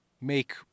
make